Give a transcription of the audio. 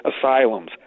Asylums